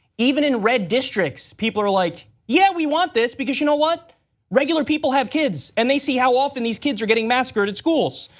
even in red districts people are like, yeah we want this. because you know regular people have kids and they see how often these kids are getting massacred in schools.